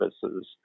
services